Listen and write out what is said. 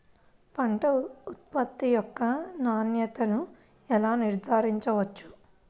పంట ఉత్పత్తి యొక్క నాణ్యతను ఎలా నిర్ధారించవచ్చు?